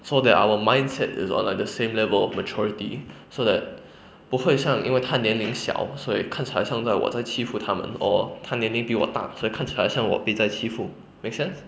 so that our mindset is on like the same level of maturity so that 不会像因为她年龄小所以看起来像我在欺负他们 or 他年龄比我大所以看起来像我被在欺负 make sense